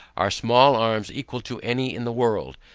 our small arms equal to any in the world.